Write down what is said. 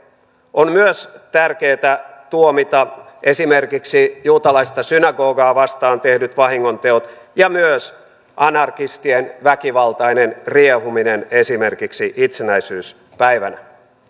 on myös tärkeätä tuomita esimerkiksi juutalaista synagogaa vastaan tehdyt vahingonteot ja myös anarkistien väkivaltainen riehuminen esimerkiksi itsenäisyyspäivänä